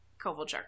Kovalchuk